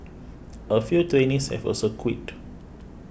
a few trainees have also quit